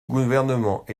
gouvernement